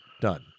Done